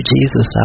Jesus